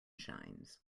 shines